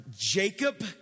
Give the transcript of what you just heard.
Jacob